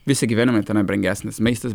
visi gyvename tame brangesnis maistas